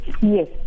yes